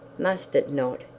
must it not,